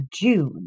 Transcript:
June